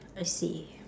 I see